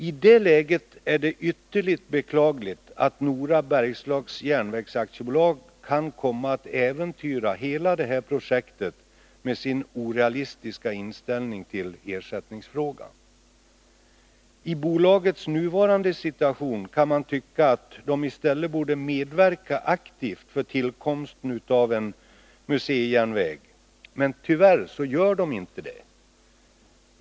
I det läget är det ytterligt beklagligt att Nora Bergslags Järnvägs AB kan komma att äventyra hela projektet med sin orealistiska inställning till ersättningsfrågan. I bolagets nuvarande situation kan man tycka att det i stället aktivt bör medverka till tillkomsten av en museijärnväg, men tyvärr är inte det fallet.